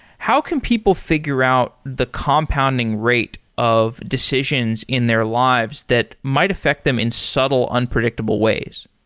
how can people figure out the compounding rate of decisions in their lives that might affect them in subtle, unpredictable ways?